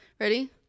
Ready